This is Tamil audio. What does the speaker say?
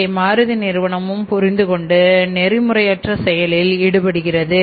இதை மாருதி நிறுவனம் புரிந்து கொண்டு நெறி முறையற்ற செயலில் ஈடுபடுகிறது